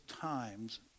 times